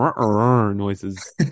noises